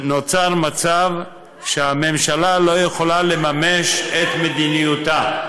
נוצר מצב שהממשלה לא יכולה לממש את מדיניותה.